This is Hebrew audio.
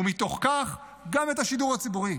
ומתוך כך גם של השידור הציבורי.